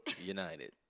United